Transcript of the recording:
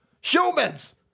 humans